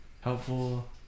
helpful